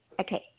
Okay